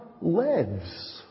lives